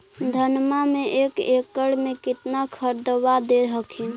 धनमा मे एक एकड़ मे कितना खदबा दे हखिन?